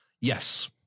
Yes